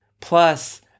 Plus